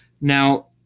now